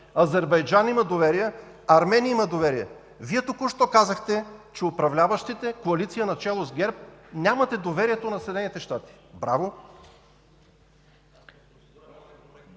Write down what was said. Азербайджан има доверие, Армения има доверие! Вие току-що казахте, че управляващата коалиция начело с ГЕРБ нямате доверието на Съединените щати! Браво!